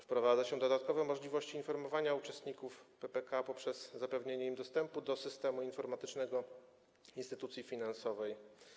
Wprowadza się dodatkowe możliwości informowania uczestników PPK poprzez zapewnienie im dostępu do systemu informatycznego instytucji finansowej.